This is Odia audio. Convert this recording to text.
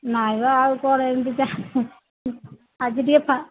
ନାଇ ବା ଆଉ କୁଆଡ଼େ ଆଜି ଟିକେ